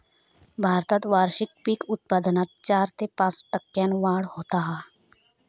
भारतात वार्षिक पीक उत्पादनात चार ते पाच टक्क्यांन वाढ होता हा